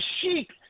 sheep